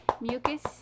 mucus